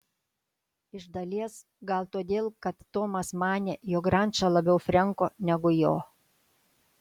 iš dalies gal todėl kad tomas manė jog ranča labiau frenko negu jo